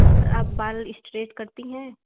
और आप बाल इस्ट्रेट करती हैं